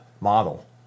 model